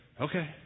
Okay